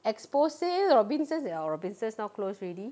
expo sale Robinsons ya Robinsons now close already